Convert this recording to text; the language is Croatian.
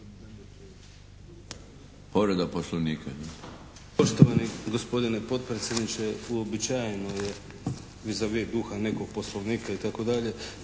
Povreda Poslovnika,